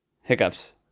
Hiccups